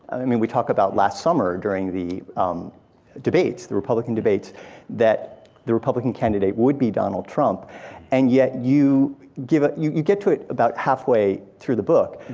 i mean we talked about last summer during the um debates, the republican debates that the republican candidate would be donald trump and yet you ah you you get to it about half way through the book.